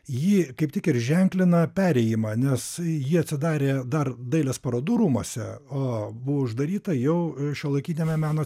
ji kaip tik ir ženklina perėjimą nes ji atsidarė dar dailės parodų rūmuose o buvo uždaryta jau šiuolaikiniame meno